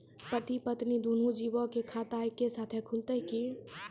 पति पत्नी दुनहु जीबो के खाता एक्के साथै खुलते की?